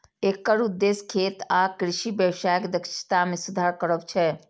एकर उद्देश्य खेत आ कृषि व्यवसायक दक्षता मे सुधार करब छै